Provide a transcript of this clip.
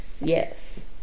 Yes